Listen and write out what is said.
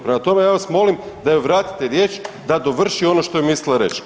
Prema tome ja vas molim da joj vratite riječ da dovrši ono što je mislila reći.